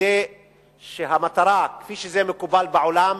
כדי שהמטרה, כפי שזה מקובל בעולם,